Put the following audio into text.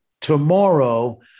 tomorrow